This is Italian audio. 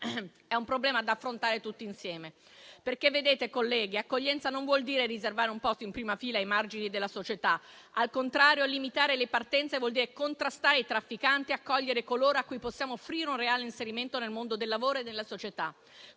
è un problema da affrontare tutti insieme. Vedete, colleghi, accoglienza non vuol dire riservare un posto in prima fila ai margini della società. Al contrario, limitare le partenze vuol dire contrastare i trafficanti e accogliere coloro a cui possiamo offrire un reale inserimento nel mondo del lavoro e nella società.